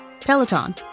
Peloton